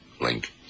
link